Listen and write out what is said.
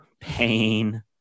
Pain